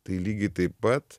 tai lygiai taip pat